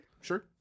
sure